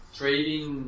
trading